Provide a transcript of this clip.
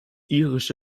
irische